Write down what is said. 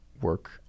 work